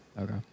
Okay